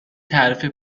تعرفه